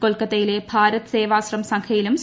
കൊൽക്കത്തയിലെ ഭാരത് സേവാശ്രം സംഘയിലും ശ്രീ